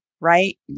right